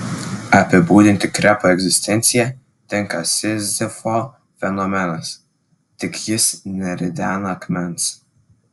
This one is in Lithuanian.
apibūdinti krepo egzistenciją tinka sizifo fenomenas tik jis neridena akmens